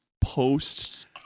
post